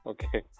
Okay